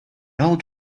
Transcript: old